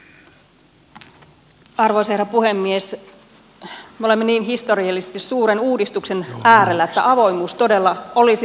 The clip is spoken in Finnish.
me olemme historiallisesti niin suuren uudistuksen äärellä että avoimuus todella olisi toivottavaa